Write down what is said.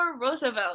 Roosevelt